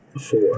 Four